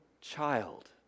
child